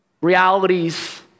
realities